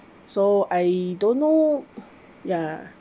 so I don't know ya